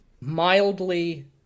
mildly